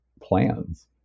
plans